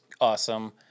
awesome